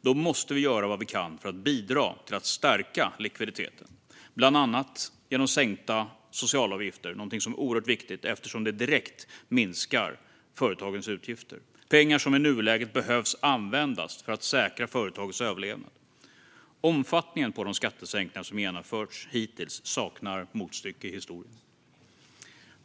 Då måste vi göra vad vi kan för att bidra till att stärka likviditeten. Bland annat sänkta socialavgifter är oerhört viktigt eftersom det direkt minskar företagens utgifter. Det är pengar som i nuläget behöver användas för att säkra företagets överlevnad. Omfattningen på de skattesänkningar som genomförts hittills saknar motstycke i historien.